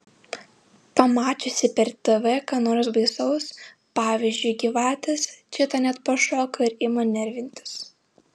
pamačiusi per tv ką nors baisaus pavyzdžiui gyvates čita net pašoka ir ima nervintis